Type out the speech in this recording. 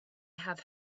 have